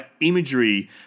imagery